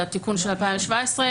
בתיקון של 2017,